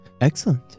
Excellent